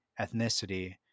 ethnicity